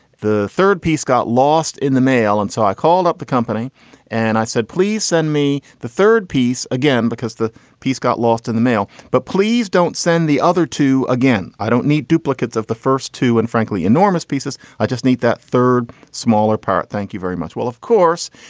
the third piece got lost in the mail. and so i called up the company and i said, please send me the third piece again, because the piece got lost in the mail. but please don't send the other two again. i don't need duplicates of the first two and frankly, enormous pieces. i just need that third smaller part. thank you very much. well, of course,